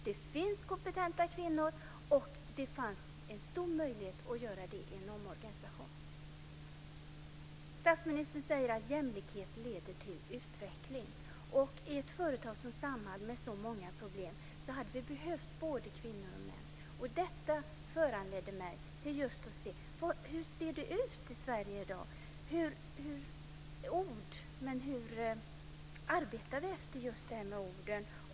Det finns kompetenta kvinnor, och det fanns en stor möjlighet att beakta dem vid omorganisationen. Statsministern säger att jämlikhet leder till utveckling. I ett företag som Samhall, med så många problem, hade det behövts både kvinnor och män. Detta föranledde mig just att fråga hur det ser ut i Sverige i dag. Vi har ord, men hur arbetar vi efter orden?